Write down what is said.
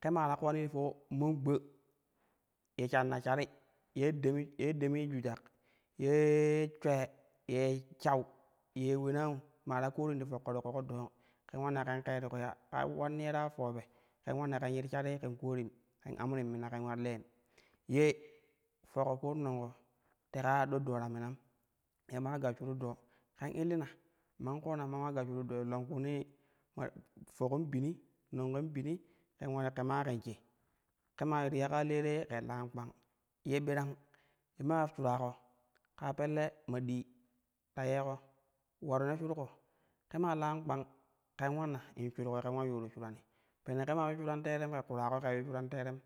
ke ma ta kowani ti po mai gba ye shamma shari ye dami ye dami jujak ye shulee ye shau ye ulenau maa ta koorim ti fokko ti ƙoƙo dang ken ulanna ke keru ya ka ulanniya ta fobe, ken ulanna ken yiru sharii ken koorin ken amrim mina ken ula liin ye foko ku nonko teka ya ɗo doo ta minam ya ma ula gashshuru doo ken illina man koona man ula gashshuru dooi longkuunee ma fokan bini nenkon bini ken ule kima ken she, ke maa ti ya kaa te te ke lana kpang ye birang ye maa shura ko kaa pelle ma dii ta yeeko ularu ne shurko ke maa lan kpang kon ulanna in shurko ken ula yuura shumni pene kema yu shuran teerem ke kura ko ke yu shuran teerem.